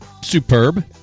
Superb